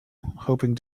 hoping